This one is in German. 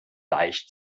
deich